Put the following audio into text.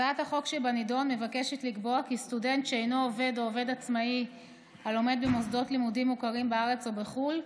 או עובד עצמאי הלומד במוסדות לימודים מוכרים בארץ או בחו"ל,